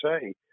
say